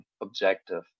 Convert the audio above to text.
objective